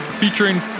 featuring